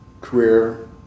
career